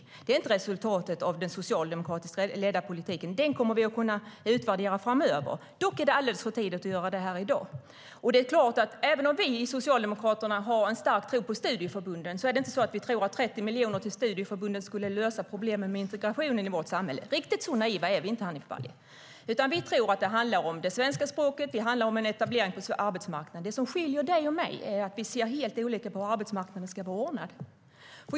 Det är inte resultatet av den socialdemokratiskt ledda politiken. Den kommer vi att kunna utvärdera framöver. Dock är det alldeles för tidigt att göra det här i dag. Även om vi i Socialdemokraterna har en stark tro på studieförbunden är det inte så att vi tror att 30 miljoner till studieförbunden skulle lösa problemen med integrationen i vårt samhälle. Riktigt så naiva är vi inte, Hanif Bali. Vi tror att det handlar om det svenska språket och en etablering på arbetsmarknaden. Det som skiljer dig och mig är att vi ser helt olika på hur arbetsmarknaden ska vara ordnad.